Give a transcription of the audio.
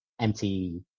empty